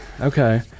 Okay